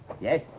Yes